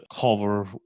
cover